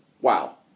wow